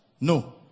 No